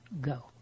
go